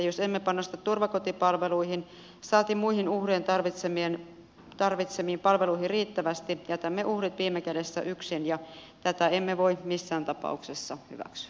jos emme panosta turvakotipalveluihin saati muihin uhrien tarvitsemiin palveluihin riittävästi jätämme uhrit viime kädessä yksin ja tätä emme voi missään tapauksessa hyväksyä